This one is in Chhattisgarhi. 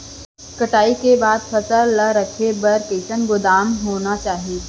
कटाई के बाद फसल ला रखे बर कईसन गोदाम होना चाही?